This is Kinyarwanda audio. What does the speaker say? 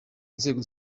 nzego